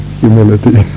humility